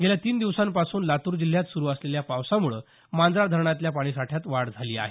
गेल्या तीन दिवसांपासून लातूर जिल्ह्यात सुरु असलेल्या पावसामुळे मांजरा धरणातल्या पाणीसाठ्यात वाढ झाली आहे